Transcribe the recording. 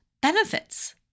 benefits